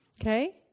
okay